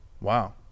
Wow